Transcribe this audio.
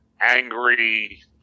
angry